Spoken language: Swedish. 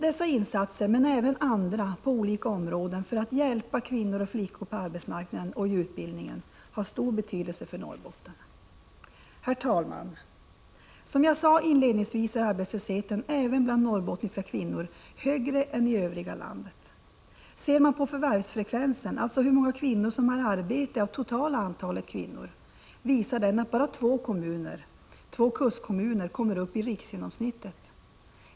Dessa men även andra insatser på olika områden för att hjälpa kvinnor och flickor på arbetsmarknaden och i utbildningsväsendet har stor betydelse för Norrbotten. Herr talman! Som jag sade inledningsvis är arbetslösheten även bland norrbottniska kvinnor högre än i övriga landet. Ser man på förvärvsfrekvensen, alltså hur många kvinnor som har arbete av totala antalet kvinnor, finner man att bara två kommuner, två kustkommuner, kommer upp i riksgenomsnittet.